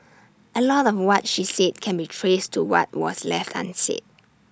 A lot of what she said can be traced to what was left unsaid